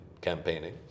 campaigning